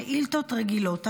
שאילתות רגילות.